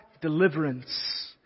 deliverance